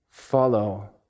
follow